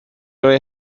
roi